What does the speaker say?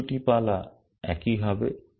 প্রথম 2 টি পালা একই হবে